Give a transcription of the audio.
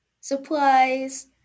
Supplies